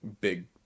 big